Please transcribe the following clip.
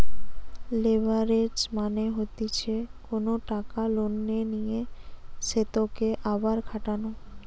leverage মানে হতিছে কোনো টাকা লোনে নিয়ে সেতকে আবার খাটানো